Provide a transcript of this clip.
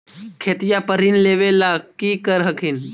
खेतिया पर ऋण लेबे ला की कर हखिन?